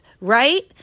right